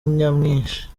nyamwinshi